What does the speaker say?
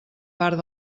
part